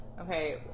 Okay